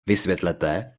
vysvětlete